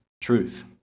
truth